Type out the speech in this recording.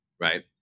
right